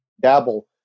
dabble